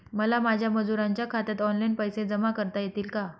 मला माझ्या मजुरांच्या खात्यात ऑनलाइन पैसे जमा करता येतील का?